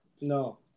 No